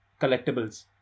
collectibles